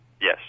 Yes